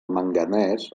manganès